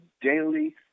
daily